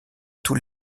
tous